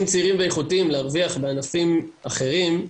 צעירים ואיכותיים להרוויח בענפים אחרים,